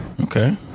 Okay